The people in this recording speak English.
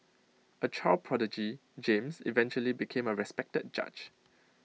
A child prodigy James eventually became A respected judge